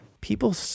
People